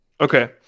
Okay